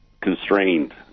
constrained